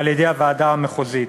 "על-ידי הוועדה המחוזית".